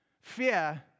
Fear